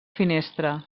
finestra